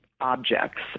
objects